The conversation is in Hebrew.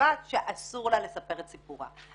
שאסור לה לפרסם את סיפורה.